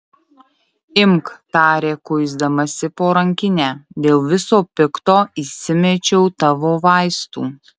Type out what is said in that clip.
imk tarė kuisdamasi po rankinę dėl viso pikto įsimečiau tavo vaistų